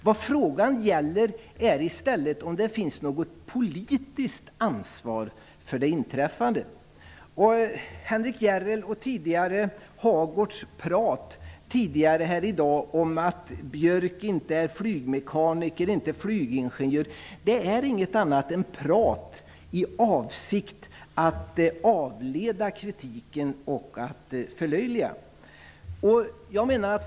Vad frågan gäller är i stället om det finns något politiskt ansvar för det inträffade. Henrik Järrels och tidigare Birger Hagårds prat i dag om att Björck inte är flygmekaniker eller flygingenjör är inget annat än prat i avsikt att avleda kritiken och att förlöjliga det hela.